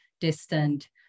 distant